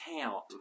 count